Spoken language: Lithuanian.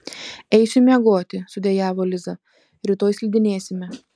eisiu miegoti sudejavo liza rytoj slidinėsime